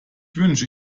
wünsche